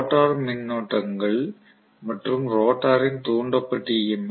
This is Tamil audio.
ரோட்டார் மின்னோட்டங்கள் மற்றும் ரோட்டாரின் தூண்டப்பட்ட ஈ